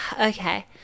Okay